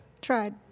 Tried